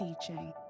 teaching